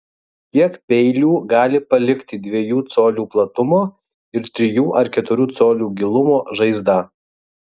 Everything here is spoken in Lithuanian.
kiek peilių gali palikti dviejų colių platumo ir trijų ar keturių colių gilumo žaizdą